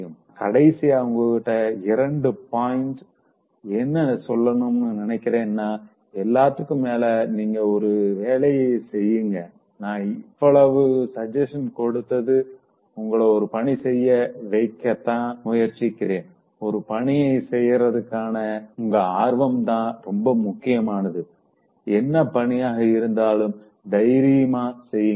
நா கடைசியா உங்ககிட்ட இரண்டு பாயிண்ட் என்ன சொல்லணும்னு நினைக்கிறேன்னா எல்லாத்துக்கும் மேல நீங்க ஒரு வேலைய செய்ங்க நா இவ்வளவு சஜசன்ஸ் கொடுத்து உங்கள ஒரு பணிய செய்ய வைக்கதா முயற்சிக்கிறேன் ஒரு பணிய செய்கிறதுக்காண உங்க ஆர்வம் தான் ரொம்ப முக்கியமானது என்ன பணியாக இருந்தாலும் தைரியமா செய்ங்க